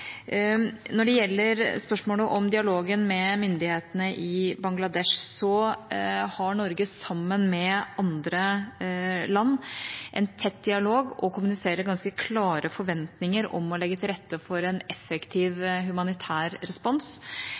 Når det gjelder spørsmålet om dialogen med myndighetene i Bangladesh, så har Norge, sammen med andre land, en tett dialog og kommuniserer ganske klare forventninger om å legge til rette for en effektiv humanitær respons.